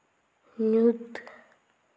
ᱧᱩᱛ